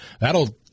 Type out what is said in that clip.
That'll